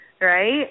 right